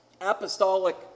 apostolic